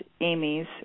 Amy's